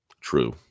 True